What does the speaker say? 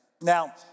Now